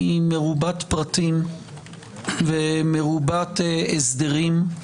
מרובת פרטים ומרובת הסדרים.